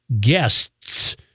guests